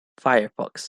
firefox